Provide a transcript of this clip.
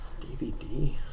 DVD